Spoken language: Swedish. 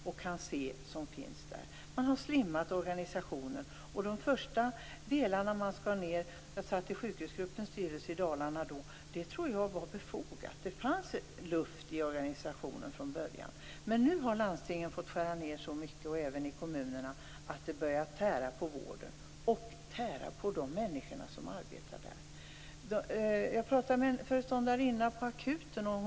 Organisationer har slimmats. Jag satt tidigare med i Sjukhusgruppens styrelse i Dalarna. Jag tror att det var befogat med de första delarna som skars ned. Det fanns luft i organisationen. Men nu har landstingen och kommunerna fått skära ned så mycket att det börjar tära på vården och de människor som arbetar där. Jag har pratat med en föreståndarinna på en akutmottagning.